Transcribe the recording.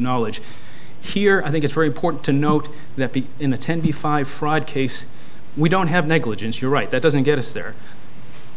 knowledge here i think it's very important to note that in the ten to five fraud case we don't have negligence you're right that doesn't get us there